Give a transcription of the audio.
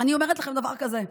אני אומרת לכם דבר כזה: